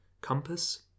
Compass